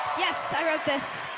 yes, i wrote this.